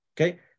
Okay